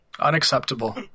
unacceptable